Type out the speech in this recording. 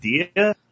idea